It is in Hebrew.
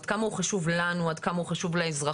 עד כמה הוא חשוב לנו, עד כמה הוא חשוב לאזרחים.